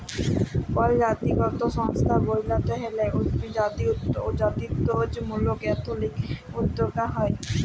call জাতিগত সংস্থা ব্যইলতে হ্যলে জাতিত্ত্বমূলক এথলিক উদ্যোক্তা হ্যয়